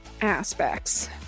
aspects